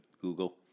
Google